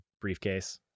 briefcase